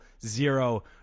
zero